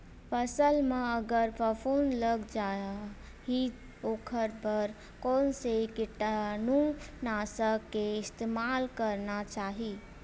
फसल म अगर फफूंद लग जा ही ओखर बर कोन से कीटानु नाशक के इस्तेमाल करना चाहि?